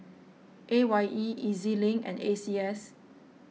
A Y E E Z Link and A C S